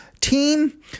team